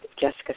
Jessica